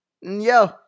Yo